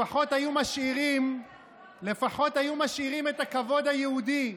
לפחות היו משאירים את הכבוד היהודי,